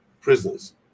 prisoners